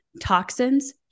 toxins